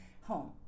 home